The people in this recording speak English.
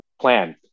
plan